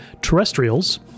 Terrestrials